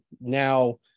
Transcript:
Now